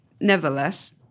nevertheless